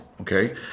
okay